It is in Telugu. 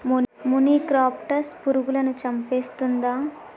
మొనిక్రప్టస్ పురుగులను చంపేస్తుందా?